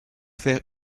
faire